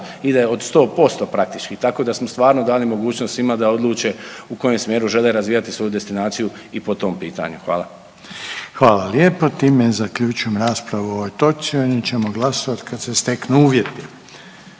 ide od 100% praktički tako da smo stvarno dali mogućnost svima da odluče u kojem smjeru žele razvijati svoju destinaciju i po tom pitanju. Hvala. **Reiner, Željko (HDZ)** Hvala lijepa, time zaključujem raspravu o ovoj točci, o njoj ćemo glasovati kad se steknu uvjeti.